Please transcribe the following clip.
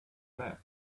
left